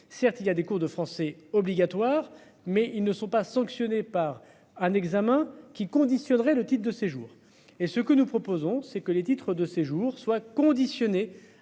Certes il y a des cours de français obligatoires mais ils ne sont pas sanctionnés par un examen qui conditionnerait le titre de séjour et ce que nous proposons c'est que les titres de séjour soit conditionnée